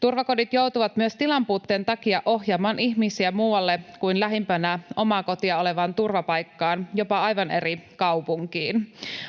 Turvakodit joutuvat myös tilanpuutteen takia ohjaamaan ihmisiä muualle kuin lähimpänä omaa kotia olevan turvapaikkaan, jopa aivan eri kaupunkiin.